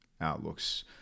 outlooks